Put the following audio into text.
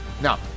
Now